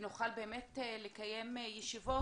ונוכל באמת לקיים ישיבות,